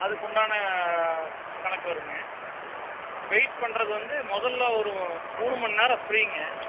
அதுக்குண்டான கணக்கு வருங்க வெயிட் பண்ணுறது வந்து மொதலில் ஒரு மூணு மணி நேரம் ஃப்ரீங்க